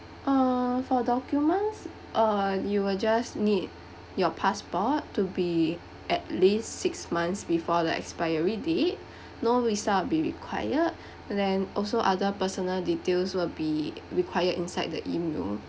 uh for documents uh you'll just need your passport to be at least six months before the expiry date no visa will be required then also other personal details will be required inside the E-mail